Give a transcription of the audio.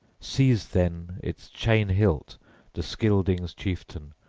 seized then its chain-hilt the scyldings' chieftain,